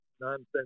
nonsense